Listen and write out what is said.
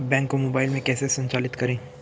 Bank को mobile में कैसे संचालित करें?